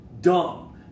dumb